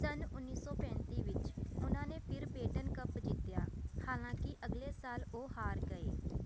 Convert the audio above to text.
ਸੰਨ ਉੱਨੀ ਸੌ ਪੈਂਤੀ ਵਿੱਚ ਉਨ੍ਹਾਂ ਨੇ ਫਿਰ ਬੇਟਨ ਕੱਪ ਜਿੱਤਿਆ ਹਾਲਾਂਕਿ ਅਗਲੇ ਸਾਲ ਉਹ ਹਾਰ ਗਏ